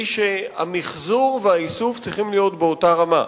היא שהמיחזור והאיסוף צריכים להיות באותה רמה.